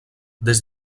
des